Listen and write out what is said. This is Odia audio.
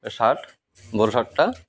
ସାର୍ଟ୍